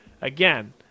again